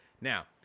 Now